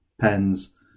pens